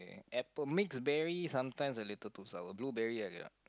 apple mixed berries sometimes a little too sour blueberry I ya